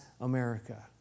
America